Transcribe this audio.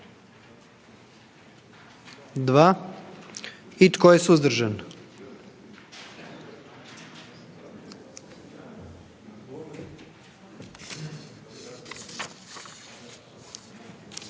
za? Tko je suzdržan?